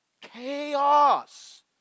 Chaos